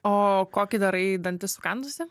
o kokį darai dantis sukandusi